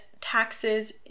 taxes